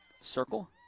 circle